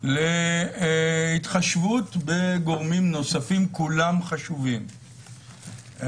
להתחשבות בגורמים נוספים כולם חשובים.